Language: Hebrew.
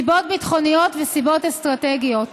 סיבות ביטחוניות וסיבות אסטרטגיות.